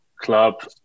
club